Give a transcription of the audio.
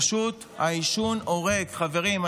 פשוט העישון הורג, חברים.